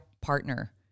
partner